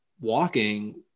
walking